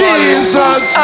Jesus